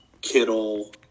Kittle